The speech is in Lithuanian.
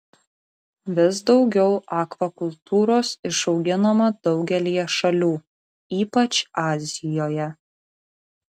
vis daugiau akvakultūros išauginama daugelyje šalių ypač azijoje